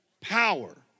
power